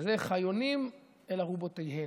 וזה "כיונים אל ארבתיהם".